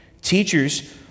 Teachers